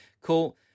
cool